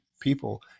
people